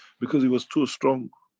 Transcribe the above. because it was too strong.